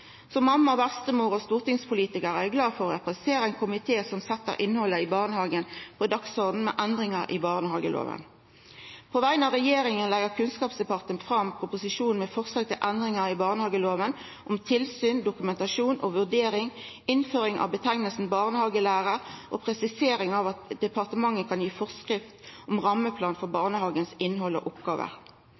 Som mamma, bestemor og stortingspolitikar er eg glad for å representera ein komité som set innhaldet i barnehagen på dagsordenen med endringar i barnehageloven. På vegner av regjeringa har Kunnskapsdepartementet lagt fram proposisjonen med forslag til endringar i barnehageloven om tilsyn, dokumentasjon og vurdering, innføring av nemninga barnehagelærar og presisering av at departementet kan gi forskrift om rammeplan for barnehagens innhald og oppgåver.